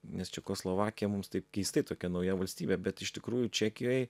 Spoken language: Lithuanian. nes čekoslovakija mums taip keistai tokia nauja valstybė bet iš tikrųjų čekijoj